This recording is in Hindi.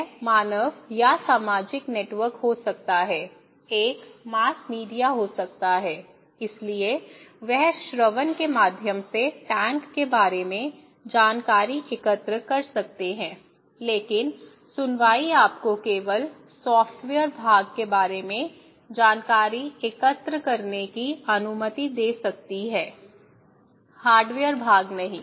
यह मानव या सामाजिक नेटवर्क हो सकता है एक मास मीडिया हो सकता है इसलिए वह श्रवण के माध्यम से टैंक के बारे में जानकारी एकत्र कर सकता है लेकिन सुनवाई आपको केवल सॉफ्टवेयर भाग के बारे में जानकारी एकत्र करने की अनुमति दे सकती है हार्डवेयर भाग नहीं